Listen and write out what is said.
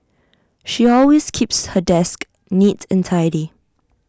she always keeps her desk neat and tidy